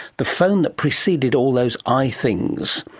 the phone that preceded all those i-things.